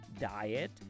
diet